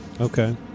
Okay